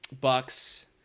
Bucks